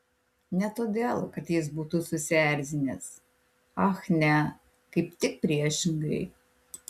ne todėl kad jis būtų susierzinęs ach ne kaip tik priešingai